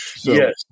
Yes